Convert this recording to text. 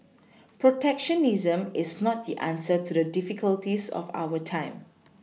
protectionism is not the answer to the difficulties of our time